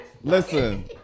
listen